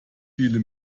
viel